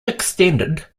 extended